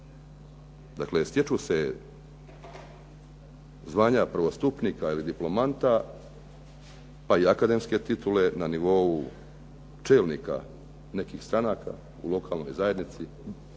Dakle, stječu se zvanja prvostupnika ili diplomanta, pa i akademske titule na nivou čelnika nekih stranaka u lokalnoj zajednici